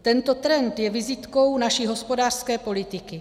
Tento trend je vizitkou naší hospodářské politiky.